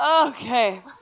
Okay